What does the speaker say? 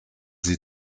sie